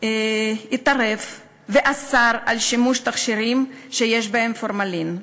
התערב ואסר שימוש בתכשירים שיש בהם פורמלין.